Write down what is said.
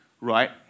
right